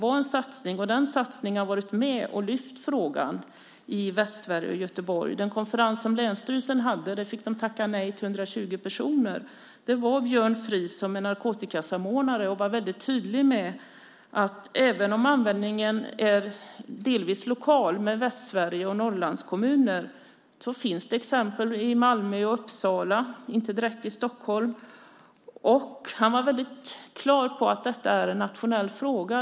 Den satsningen har varit med och lyft fram frågan i Västsverige och Göteborg. När länsstyrelsen hade en konferens fick man tacka nej till 120 personer. Björn Fries, som är narkotikasamordnare, var då mycket tydlig med att även om användningen är delvis lokal i Västsverige och Norrlandskommuner finns det exempel i både Malmö och Uppsala, dock inte i Stockholm. Han gjorde klart att detta är en nationell fråga.